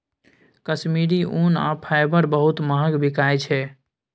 कश्मीरी ऊन आ फाईबर बहुत महग बिकाई छै